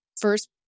first